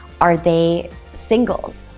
are they singles?